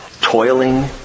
Toiling